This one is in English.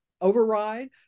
override